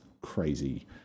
crazy